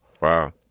Wow